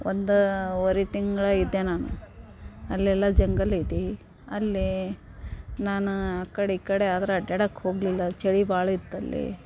ಒಂದೂವರೆ ತಿಂಗ್ಳು ಇದ್ದೆ ನಾನು ಅಲ್ಲೆಲ್ಲ ಜಂಗಲ್ ಐತೆ ಅಲ್ಲಿ ನಾನು ಆ ಕಡೆ ಈ ಕಡೆ ಆದ್ರೆ ಅಡ್ಯಾಡಕ್ಕೆ ಹೋಗಲಿಲ್ಲ ಚಳಿ ಭಾಳಿತ್ತು ಅಲ್ಲಿ